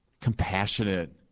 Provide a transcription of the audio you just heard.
compassionate